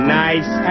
nice